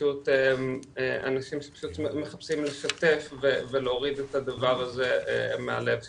פשוט אנשים שפשוט מחפשים דרך ולהוריד את הדבר הזה מהלב שלהם.